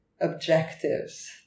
objectives